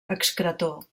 excretor